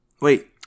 Wait